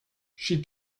she